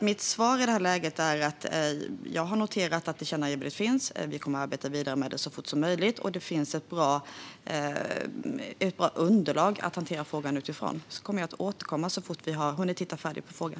Mitt svar i det här läget är alltså att jag har noterat att tillkännagivandet kommer. Vi kommer att arbeta vidare med det så fort som möjligt. Det finns ett bra underlag att hantera frågan utifrån. Jag återkommer så fort vi har hunnit titta färdigt på frågan.